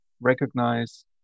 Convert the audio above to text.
recognize